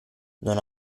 non